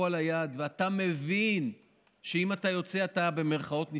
על היד ואתה מבין שאם אתה יוצא אתה "נשרף",